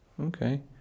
Okay